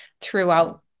throughout